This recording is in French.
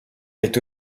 est